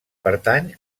pertany